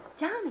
Johnny